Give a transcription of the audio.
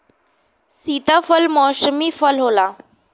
सीताफल मौसमी फल होला